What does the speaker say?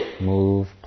move